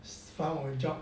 found a job